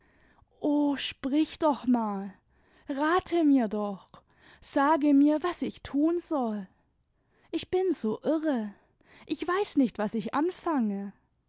sprich doch mal rate mir dochl sage mir was ich tun soll ich bin so irre ich weiß nicht was ich anfange